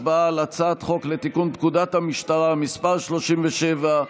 הצבעה על הצעת חוק לתיקון פקודת המשטרה (מס' 37),